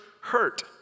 hurt